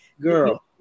girl